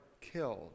killed